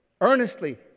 Earnestly